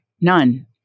None